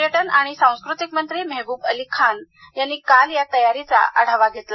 पर्यटन आणि सांस्कृतिक मंत्री मेहबूब अली खान यांनी काल या तयारीचा आढावा घेतला